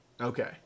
okay